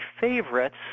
favorites